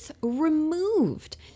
Removed